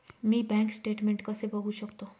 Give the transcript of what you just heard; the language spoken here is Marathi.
मी बँक स्टेटमेन्ट कसे बघू शकतो?